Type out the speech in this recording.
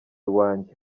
wanjye